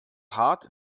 hart